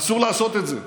אסור לעשות את זה.